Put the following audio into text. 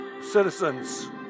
citizens